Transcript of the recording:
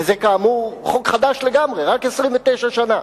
וזה כאמור חוק חדש לגמרי, רק 29 שנה,